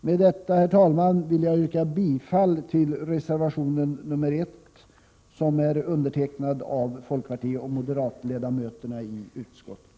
Med detta, herr talman, vill jag yrka bifall till reservation nr 1 som är undertecknad av folkpartioch moderatledamöterna i utskottet.